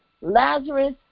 Lazarus